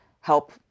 help